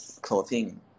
clothing